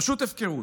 פשוט הפקרות.